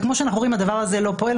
וכמו שאנחנו רואים הדבר הזה לא פועל.